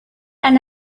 and